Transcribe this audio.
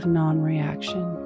non-reaction